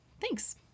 Thanks